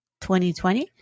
2020